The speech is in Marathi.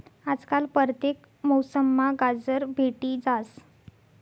आजकाल परतेक मौसममा गाजर भेटी जास